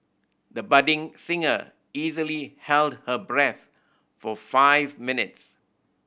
the budding singer easily held her breath for five minutes